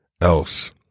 else